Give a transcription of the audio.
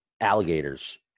alligators